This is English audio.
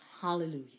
Hallelujah